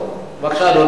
בבקשה, אדוני.